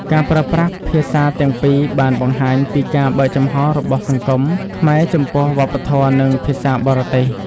ការប្រើប្រាស់ភាសាទាំងពីរបានបង្ហាញពីការបើកចំហរបស់សង្គមខ្មែរចំពោះវប្បធម៌និងភាសាបរទេស។